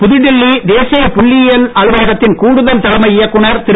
புதுடில்லி தேசிய புள்ளியியல் அலுவலகத்தின் கூடுதல் தலைமை இயக்குனர் திரு